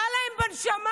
רע להן בנשמה.